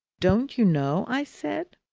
don't you know? i said.